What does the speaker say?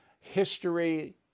history